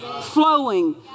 Flowing